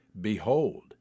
Behold